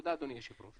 תודה, אדוני היושב ראש.